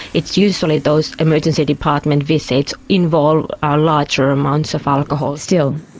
it's usually those emergency department visits involve ah larger amounts of alcohol. still,